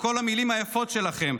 עם כל המילים היפות שלכם,